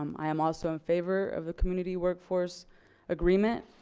um i am also in favor of the community workforce agreement.